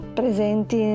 presenti